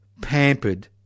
pampered